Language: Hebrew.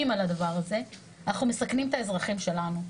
על הדבר הזה - אנחנו מסכנים את האזרחים שלנו,